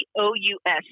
O-U-S